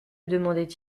demandait